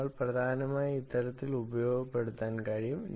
നിങ്ങൾക്ക് പ്രധാനമായും ഇത്തരത്തിൽ ഉപയോഗപ്പെടുത്താൻ കഴിയും